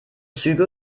züge